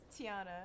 Tiana